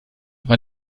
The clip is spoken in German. war